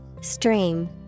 Stream